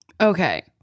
Okay